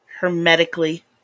Hermetically